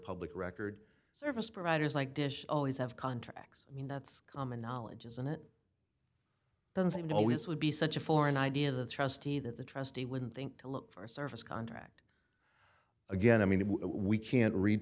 public record service providers like dish always have contracts i mean that's common knowledge isn't it doesn't seem to always would be such a foreign idea of the trustee that the trustee wouldn't think to look for a service contract again i mean if we can't read